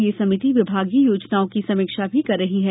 यह समिति विभागीय योजनाओं की समीक्षा भी कर रही है